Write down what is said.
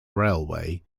railway